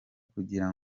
kugira